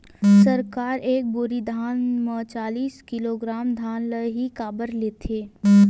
सरकार एक बोरी धान म चालीस किलोग्राम धान ल ही काबर लेथे?